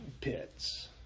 pits